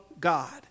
God